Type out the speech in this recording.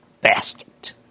basket